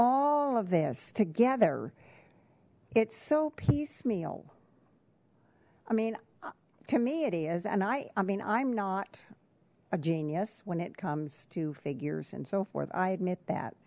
all of this together it's so piecemeal i mean to me it is and i i mean i'm not a genius when it comes to figures and so forth i admit that